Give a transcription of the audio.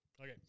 Okay